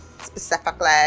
specifically